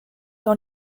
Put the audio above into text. dans